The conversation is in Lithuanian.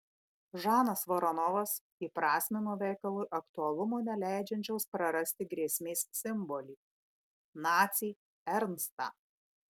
žanas voronovas įprasmino veikalui aktualumo neleidžiančios prarasti grėsmės simbolį nacį ernstą